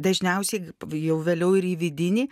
dažniausiai jau vėliau ir į vidinį